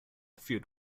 feud